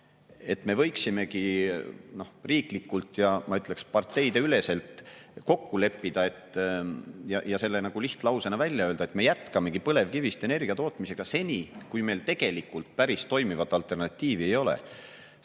Me võiksimegi riiklikult ja, ma ütleksin, parteideüleselt kokku leppida ja lihtlausena välja öelda, et me jätkamegi põlevkivist energia tootmist seni, kuni meil tegelikult päris toimivat alternatiivi ei ole.